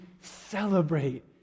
celebrate